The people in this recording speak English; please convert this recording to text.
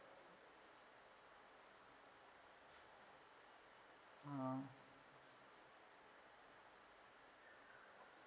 ah